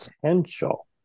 potential